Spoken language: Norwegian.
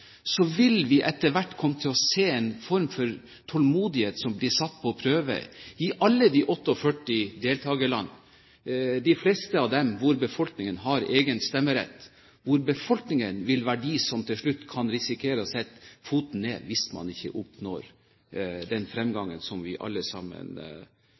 vil vi etter hvert komme til å se at tålmodigheten blir satt på prøve i alle de 48 deltakerlandene – hvor befolkningen i de fleste av dem har egen stemmerett, hvor befolkningen vil være den som man til slutt kan risikere setter foten ned hvis man ikke oppnår den fremgangen som vi alle sammen